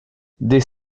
des